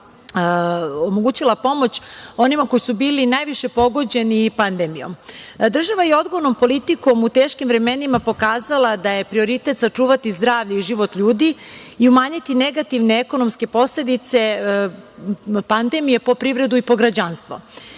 omogućila pomoć onima koji su bili najviše pogođeni pandemijom. Država je odgovornom politikom u teškim vremenima pokazala da je prioritet sačuvati zdravlje i život ljudi i umanjiti negativne ekonomske posledice pandemije po privredu i građanstvo. Kada